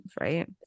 right